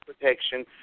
protection